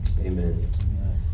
Amen